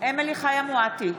אמילי חיה מואטי,